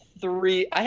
three